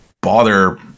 bother